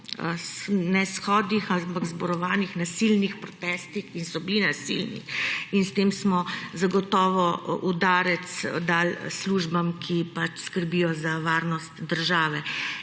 imenovanih zborovanjih, nasilnih protestih – in so bili nasilni – in s tem smo zagotovo udarec dali službam, ki skrbijo za varnost države.